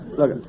Look